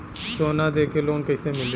सोना दे के लोन कैसे मिली?